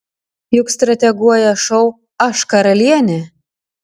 juk strateguoja šou aš karalienė